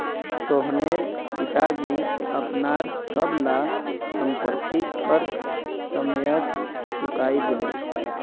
सोहनेर पिताजी अपनार सब ला संपति कर समयेत चुकई दिले